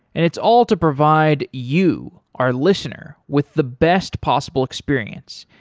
and it's all to provide you our listener with the best possible experience.